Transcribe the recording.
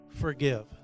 forgive